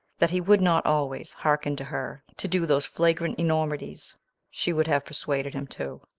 that he would not always hearken to her to do those flagrant enormities she would have persuaded him to.